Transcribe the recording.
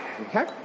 Okay